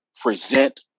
present